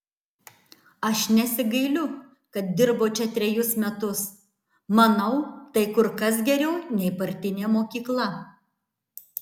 aš nesigailiu kad dirbau čia trejus metus manau tai kur kas geriau nei partinė mokykla